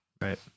Right